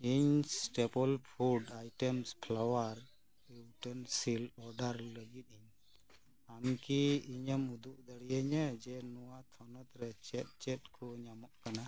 ᱤᱧ staple food items flour utensils order ᱞᱟᱹᱜᱤᱫ ᱤᱧ ᱟᱢ ᱠᱤ ᱤᱧᱮᱢ ᱩᱫᱩᱜ ᱫᱟᱲᱮᱭᱟᱹᱧᱟᱹ ᱡᱮ ᱱᱚᱶᱟ ᱛᱷᱚᱱᱚᱛ ᱨᱮ ᱪᱮᱫ ᱪᱮᱫ ᱠᱚ ᱧᱟᱢᱚᱜ ᱠᱟᱱᱟ